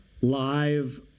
live